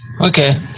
Okay